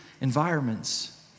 environments